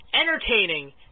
entertaining